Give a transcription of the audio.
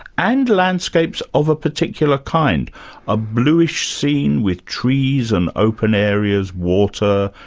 and landscapes of a particular kind a bluish scene with trees and open areas, water,